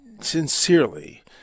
sincerely